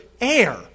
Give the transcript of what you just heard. air